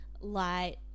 light